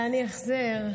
להניח נר,